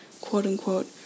quote-unquote